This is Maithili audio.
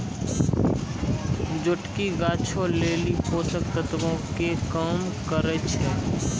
जोटकी गाछो लेली पोषक तत्वो के काम करै छै